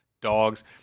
Dogs